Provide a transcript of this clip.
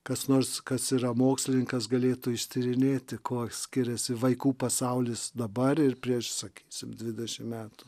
kas nors kas yra mokslininkas galėtų ištyrinėti kuo skiriasi vaikų pasaulis dabar ir prieš sakysim dvidešim metų